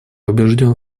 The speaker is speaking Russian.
убежден